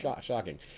Shocking